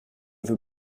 veut